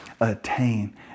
attain